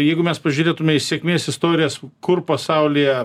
jeigu mes pažiūrėtume į sėkmės istorijas kur pasaulyje